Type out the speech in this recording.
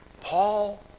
Paul